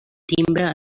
timbre